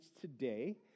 today